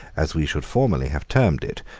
as we should formerly have termed it,